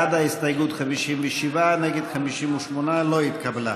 בעד ההסתייגות, 57, נגד, 58. לא התקבלה.